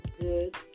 good